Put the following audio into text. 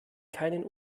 keinen